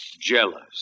jealous